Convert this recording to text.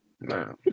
No